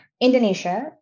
Indonesia